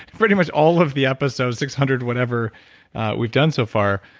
pretty much all of the episodes six hundred whatever we've done so far,